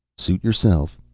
suit yourself,